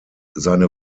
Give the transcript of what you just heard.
seine